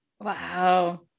Wow